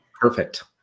perfect